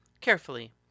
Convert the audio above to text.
carefully